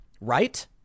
Right